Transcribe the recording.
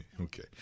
Okay